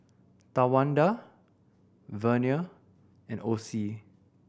Tawanda Vernia and Ossie